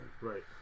Right